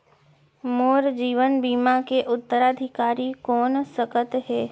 मोर जीवन बीमा के उत्तराधिकारी कोन सकत हे?